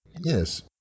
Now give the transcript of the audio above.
Yes